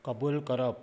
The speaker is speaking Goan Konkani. कबूल करप